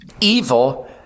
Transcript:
evil